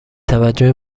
توجه